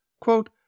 Quote